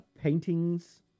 paintings